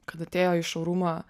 kad atėjoį šou rumą